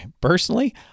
personally